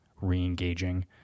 re-engaging